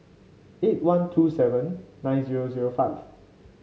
eight one two seven nine zero zero five